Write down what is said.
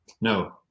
No